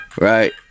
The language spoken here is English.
right